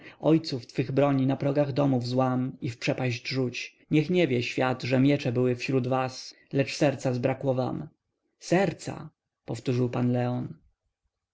ojców twych broń na progach domów złam i w przepaść rzuć niech nie wie świat że miecze były wśród was lecz serca zbrakło wam serca powtórzył pan leon